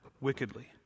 wickedly